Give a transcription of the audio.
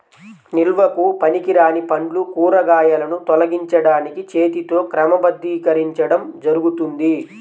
నిల్వకు పనికిరాని పండ్లు, కూరగాయలను తొలగించడానికి చేతితో క్రమబద్ధీకరించడం జరుగుతుంది